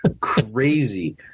crazy